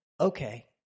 okay